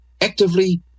actively